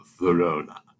Verona